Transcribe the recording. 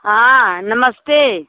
हाँ नमस्ते